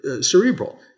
cerebral